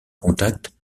contact